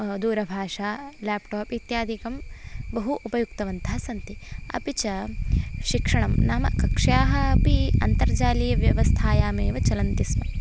दूरभाषा लेप्टाप् इत्यादिकं बहु उपयुक्तवन्तः सन्ति अपि च शिक्षणं नाम कक्ष्याः अपि अन्तर्जालीयव्यवस्थायामेव चलन्ति स्म